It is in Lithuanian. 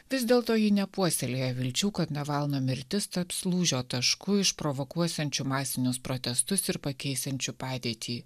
vis dėlto ji nepuoselėja vilčių kad navalno mirtis taps lūžio tašku išprovokuosiančiu masinius protestus ir pakeisiančiu padėtį